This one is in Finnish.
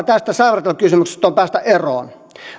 tästä saivartelukysymyksestä on päästä eroon